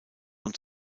und